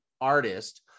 artist